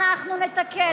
אנחנו נתקן.